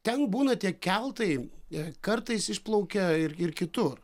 ten būna tie keltai jie kartais išplaukia ir ir kitur